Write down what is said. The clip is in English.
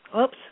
Oops